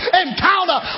encounter